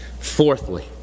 Fourthly